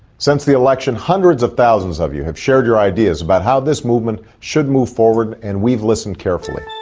since the election hundreds of thousands of you have shared your ideas about how this movement should move forward, and we've listened carefully.